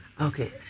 okay